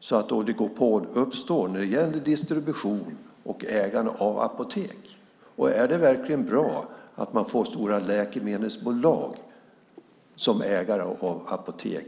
så att oligopol inte uppstår när det gäller distribution och ägande av apotek? Och är det verkligen bra att man får stora läkemedelsbolag som ägare av apotek?